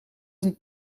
een